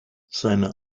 seine